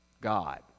god